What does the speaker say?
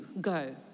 go